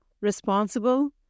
responsible